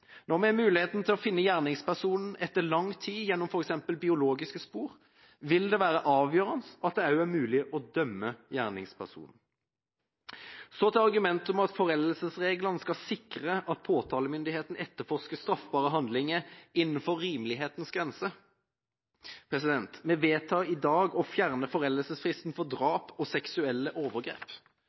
Når vi har mulighet til å finne gjerningspersonen etter lang tid, gjennom f.eks. biologiske spor, vil det være avgjørende at det også er mulig å dømme gjerningspersonen. Så til argumentet om at foreldelsesreglene skal sikre at påtalemyndigheten etterforsker straffbare handlinger innenfor rimelighetens grenser. Vi vedtar i dag å fjerne foreldelsesfristen for drap og seksuelle overgrep,